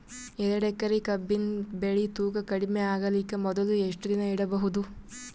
ಎರಡೇಕರಿ ಕಬ್ಬಿನ್ ಬೆಳಿ ತೂಕ ಕಡಿಮೆ ಆಗಲಿಕ ಮೊದಲು ಎಷ್ಟ ದಿನ ಇಡಬಹುದು?